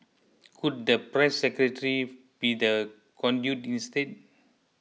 could the press secretary be the conduit instead